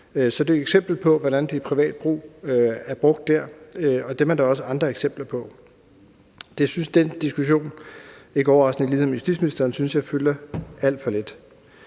Så det er et eksempel på, hvordan det i privat brug er brugt der, og det er der også andre eksempler på. Jeg synes ikke overraskende ligesom